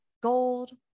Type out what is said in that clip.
gold